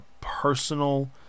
personal